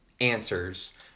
answers